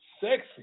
sexy